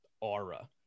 aura